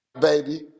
baby